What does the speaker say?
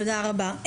תודה רבה.